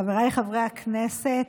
חבריי חברי הכנסת,